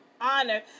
honor